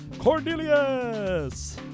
Cornelius